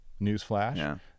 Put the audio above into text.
Newsflash